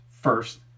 first